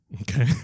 Okay